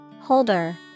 Holder